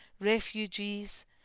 refugees